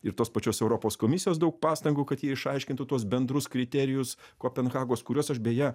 ir tos pačios europos komisijos daug pastangų kad ji išaiškintų tuos bendrus kriterijus kopenhagos kuriuos aš beje